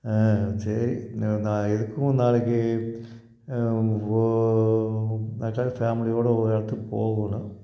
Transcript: ஆ சரி ஞா நான் எதுக்கும் நாளைக்கு ஓ மெட்ராஸ் ஃபேமிலியோடு ஒரு இடத்துக்கு போகணும்